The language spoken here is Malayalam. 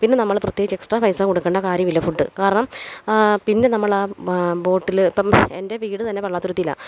പിന്നെ നമ്മള് പ്രത്യേകിച്ച് എക്സ്ട്രാ പൈസ കൊടുക്കണ്ട കാര്യമില്ല ഫുഡ് കാരണം പിന്നെ നമ്മളാ ബോട്ടില് ഇപ്പോള് എന്റെ വീട് തന്നെ പള്ളാതുരുത്തിയിലാണ്